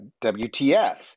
WTF